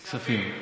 ועדת הכספים.